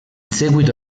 seguito